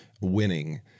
winning